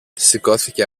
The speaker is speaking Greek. σηκώθηκε